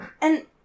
And-